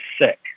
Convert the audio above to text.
sick